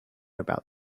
about